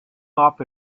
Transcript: off